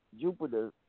Jupiter